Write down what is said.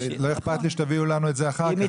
לא אכפת לי שתביאו לנו את זה אחר כך,